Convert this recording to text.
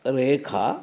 रेखा